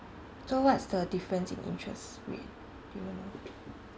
so what's the difference in interest rate do you know